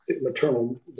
maternal